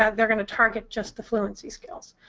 ah they're going to target just the fluency skills.